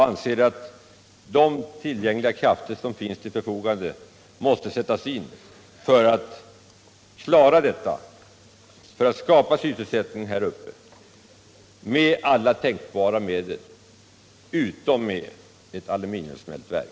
Utskottet anser att sysselsättning där uppe skall skapas med alla tänkbara medel —- utom med ett aluminiumsmältverk.